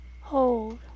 Hold